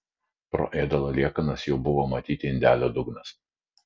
pro ėdalo liekanas jau buvo matyti indelio dugnas